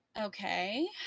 Okay